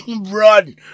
Run